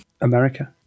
America